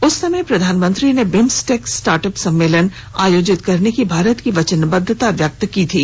उस समय प्रधानमंत्री ने बिम्सटेक स्टार्टअप सम्मेलन आयोजित करने की भारत की वचनबद्वता व्यक्त की थी